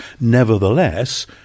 Nevertheless